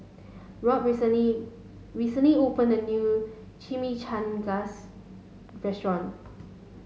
Robb recently recently opened a new Chimichangas Restaurant